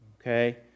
Okay